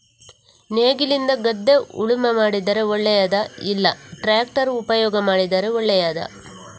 ನೇಗಿಲಿನಿಂದ ಗದ್ದೆ ಉಳುಮೆ ಮಾಡಿದರೆ ಒಳ್ಳೆಯದಾ ಇಲ್ಲ ಟ್ರ್ಯಾಕ್ಟರ್ ಉಪಯೋಗ ಮಾಡಿದರೆ ಒಳ್ಳೆಯದಾ?